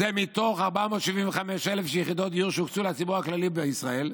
זה מתוך 475,000 יחידות דיור שהוקצו לציבור הכללי בישראל.